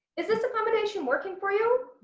is this accommodation working for you?